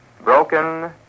broken